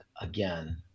again